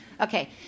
Okay